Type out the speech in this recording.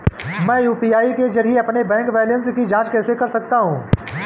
मैं यू.पी.आई के जरिए अपने बैंक बैलेंस की जाँच कैसे कर सकता हूँ?